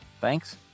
Thanks